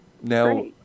Now